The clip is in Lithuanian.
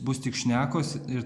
bus tik šnekos ir